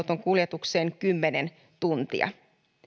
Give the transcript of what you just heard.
kuljetukseen kymmenen tuntia